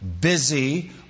busy